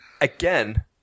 again